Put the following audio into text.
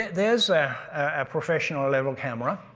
there's a professional level camera.